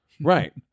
right